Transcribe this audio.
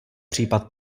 případ